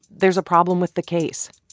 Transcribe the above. there's a problem with the case.